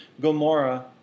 Gomorrah